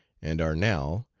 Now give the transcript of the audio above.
and are now,